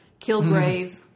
Kilgrave